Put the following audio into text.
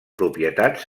propietats